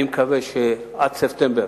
אני מקווה שעד ספטמבר,